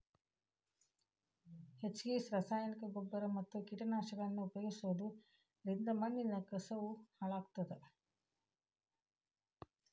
ಹೆಚ್ಚಗಿ ರಾಸಾಯನಿಕನ ಗೊಬ್ಬರ ಮತ್ತ ಕೇಟನಾಶಕಗಳನ್ನ ಉಪಯೋಗಿಸೋದರಿಂದ ಮಣ್ಣಿನ ಕಸವು ಹಾಳಾಗ್ತೇತಿ